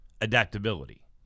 adaptability